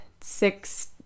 six